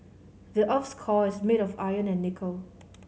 the earth's core is made of iron and nickel